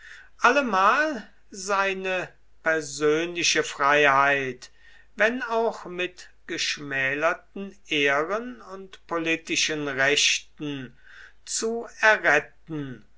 allemal seine persönliche freiheit wenn auch mit geschmälerten ehren und politischen rechten zu erretten